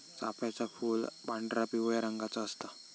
चाफ्याचा फूल पांढरा, पिवळ्या रंगाचा असता